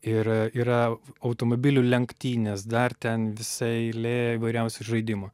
ir yra automobilių lenktynes dar ten visa eilė įvairiausių žaidimų